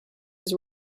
was